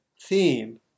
theme